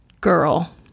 girl